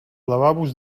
lavabos